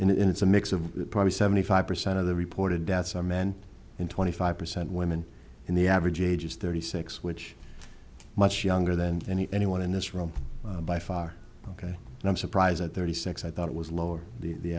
massachusetts and it's a mix of probably seventy five percent of the reported deaths are men in twenty five percent women in the average age is thirty six which much younger than any anyone in this room by far ok i'm surprised at thirty six i thought it was lower the